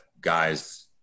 guys